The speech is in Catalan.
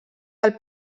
del